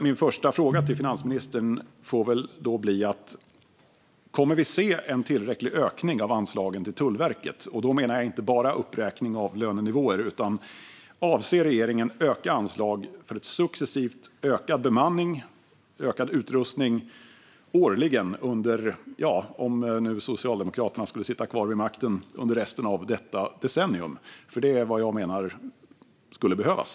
Min första fråga till finansministern får väl då bli: Kommer vi att se en tillräcklig ökning av anslagen till Tullverket? Då menar jag inte bara en uppräkning av lönenivåer. Avser regeringen att öka anslagen för en successivt ökad bemanning och utrustning årligen - om nu Socialdemokraterna skulle sitta kvar vid makten - under resten av detta decennium? Det är vad jag menar skulle behövas.